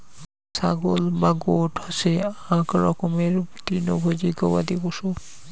ছাগল বা গোট হসে আক রকমের তৃণভোজী গবাদি পশু